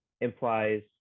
implies